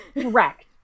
Correct